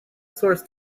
source